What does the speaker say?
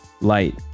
Light